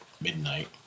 midnight